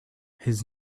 his